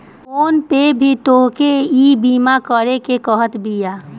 phone पे भी तोहके ईबीमा करेके कहत बिया